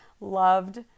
Loved